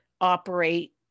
operate